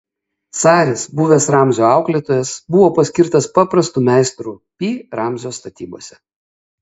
saris buvęs ramzio auklėtojas buvo paskirtas paprastu meistru pi ramzio statybose